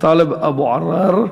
טלב אבו עראר,